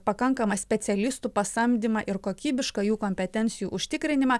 pakankamą specialistų pasamdymą ir kokybišką jų kompetencijų užtikrinimą